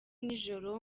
nijoro